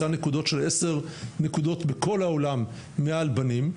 נקודות של 10 נקודות בכל העולם מעל בנים,